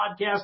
podcast